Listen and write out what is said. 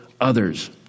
others